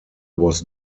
was